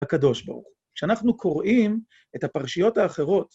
הקדוש ברוך הוא, כשאנחנו קוראים את הפרשיות האחרות...